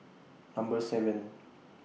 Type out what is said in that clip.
Number seven